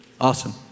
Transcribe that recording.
Awesome